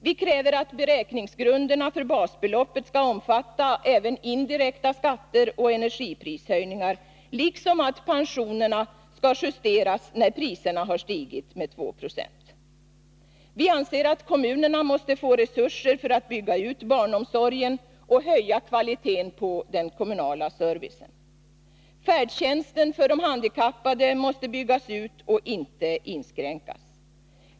Vi kräver att beräkningsgrunderna för basbeloppet skall omfatta även indirekta skatter och energiprishöjningar, liksom att pensionerna skall justeras när priserna har stigit med 2 26. Vi anser att kommunerna måste få resurser för att bygga ut barnomsorgen och höja kvaliteten på den kommunala servicen. Färdtjänsten för handikappade måste byggas ut och inte inskränkas.